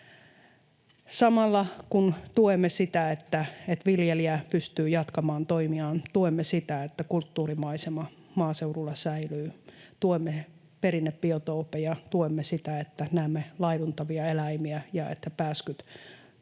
Samalla kun tuemme sitä, että viljelijä pystyy jatkamaan toimiaan, tuemme sitä, että kulttuurimaisema maaseudulla säilyy, tuemme perinnebiotooppeja. Tuemme sitä, että näemme laiduntavia eläimiä ja että pääskyt